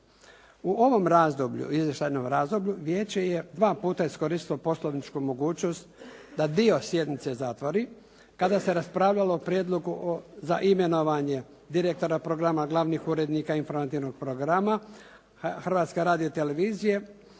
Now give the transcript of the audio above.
U ovom izvještajnom razdoblju vijeće je dva puta iskoristilo poslovničku mogućnost da dio sjednice zatvori kada se raspravljalo o prijedlogu za imenovanje direktora programa, glavnih urednika informativnog programa Hrvatske televizije,